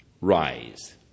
Rise